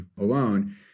alone